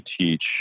teach